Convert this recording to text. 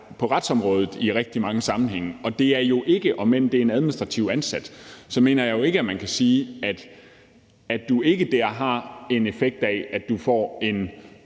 på retsområdet i rigtig mange sammenhænge. Om end det er en administrativ ansat, mener jeg jo ikke, at man kan sige, at man ikke dér har en effekt af, at man får en